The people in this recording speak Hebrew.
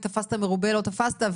תפסת מרובה לא תפסת,